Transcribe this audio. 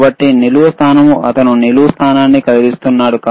కాబట్టి ఒక నిలువు స్థానము అతను నిలువు స్థానాన్ని కదిలిస్తున్నాడు